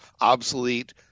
obsolete